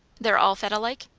they're all fed alike?